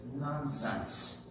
nonsense